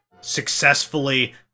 successfully